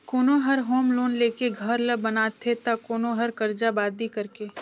कोनो हर home loan लेके घर ल बनाथे त कोनो हर करजा बादी करके